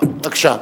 בבקשה.